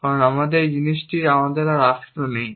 কারণ আমাদের এই জিনিসটিতে আর রাষ্ট্র নেই